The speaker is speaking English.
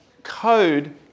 code